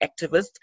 activists